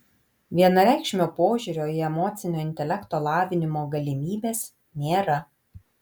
vienareikšmio požiūrio į emocinio intelekto lavinimo galimybes nėra